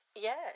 yes